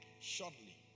shortly